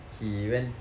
he went